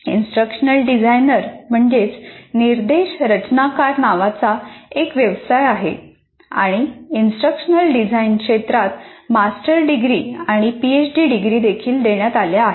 instructional designer नावाचा एक व्यवसाय आहे आणि इंस्ट्रक्शनल डिझाइन क्षेत्रात मास्टर डिग्री आणि पीएचडी डिग्रीदेखील देण्यात आल्या आहेत